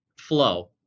flow